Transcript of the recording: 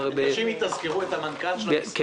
שאם יתזכרו את מנכ"ל המשרד --- בדיוק,